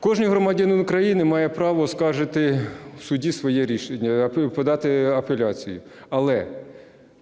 Кожен громадянин України має право оскаржити в суді своє рішення, подати апеляцію. Але